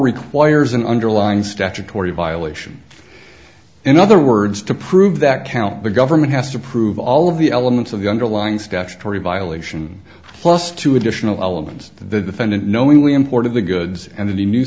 requires an underlying statutory violation in other words to prove that count the government has to prove all of the elements of the underlying statutory violation plus two additional elements that the defendant knowing we imported the goods and that he knew